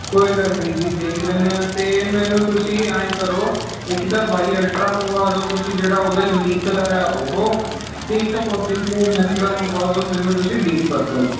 ਕੋਈ ਗੱਲ ਨਹੀਂ ਜੀ ਦੇਖ ਲੈਂਦੇ ਹਾਂ ਅਤੇ ਮੈਨੂੰ ਤੁਸੀਂ ਐਂ ਕਰੋ ਇੱਕ ਤਾਂ ਬਾਈ ਅਲਟਰਾ ਮੰਗਵਾ ਦਿਓ ਤੁਸੀਂ ਜਿਹੜਾ ਉਹਦਾ ਯੂਨੀਕ ਕਲਰ ਆ ਉਹ ਅਤੇ ਇੱਕ ਫੋਰਟੀਨ ਪਰੋ ਮੈਕਸ ਦਾ ਮੰਗਵਾ ਦਿਓ ਮੈਨੂੰ ਤੁਸੀਂ ਡੀਪ ਪਰਪਲ